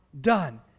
done